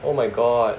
oh my god